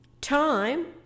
time